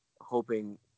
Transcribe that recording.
hoping